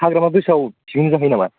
हाग्रामा ब्रिजाव पिकनिक जाहैनो नामा